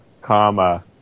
comma